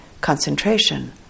concentration